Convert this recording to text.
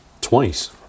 Twice